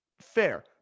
Fair